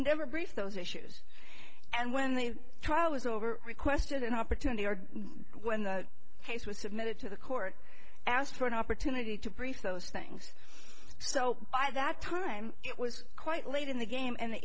never briefs those issues and when the trial was over requested an opportunity or when the case was submitted to the court asked for an opportunity to brief those things so by that time it was quite late in the game and the